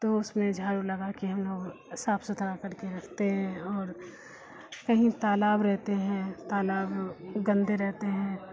تو اس میں جھاڑو لگا کے ہم لوگ صاف ستھرا کر کے رکھتے ہیں اور کہیں تالاب رہتے ہیں تالاب گندے رہتے ہیں